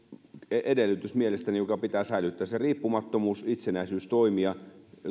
edellytys joka pitää säilyttää riippumattomuus itsenäisyys toimia